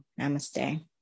Namaste